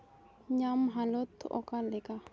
ᱧᱟᱢ ᱦᱟᱞᱚᱛ ᱚᱠᱟ ᱞᱮᱠᱟ